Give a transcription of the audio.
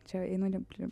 čia einu